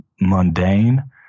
mundane